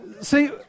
See